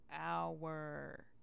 hour